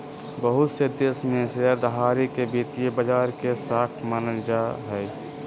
बहुत से देश में शेयरधारी के वित्तीय बाजार के शाख मानल जा हय